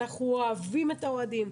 אנחנו אוהבים את האוהדים.